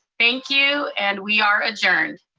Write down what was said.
thank you, and we are adjourned.